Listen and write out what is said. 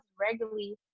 regularly